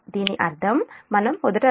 దీని అర్థం మనం మొదట వ్రాస్తున్నది 0